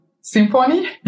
Symphony